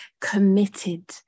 committed